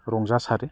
रंजासारो